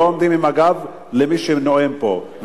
לא עומדים עם הגב למי שנואם פה,